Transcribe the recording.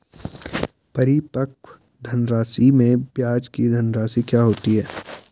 परिपक्व धनराशि में ब्याज की धनराशि क्या होती है?